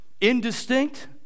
indistinct